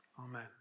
Amen